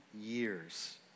years